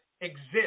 exist